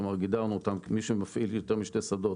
כלומר, גידרנו אותם כמי שמפעיל יותר משני שדות